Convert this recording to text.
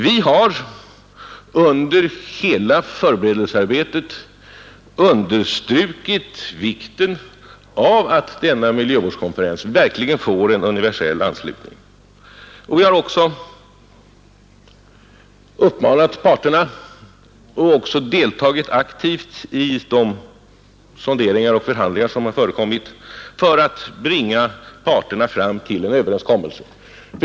Vi har under hela förberedelsearbetet understrukit vikten av att miljövårdskonferensen verkligen får en universell anslutning. Vi har också uppmanat parterna att söka nå en överenskommelse och även deltagit aktivt i de sonderingar och förhandlingar som har förekommit för att bringa parterna fram till en överenskommelse.